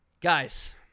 Guys